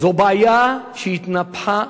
זו בעיה שהתנפחה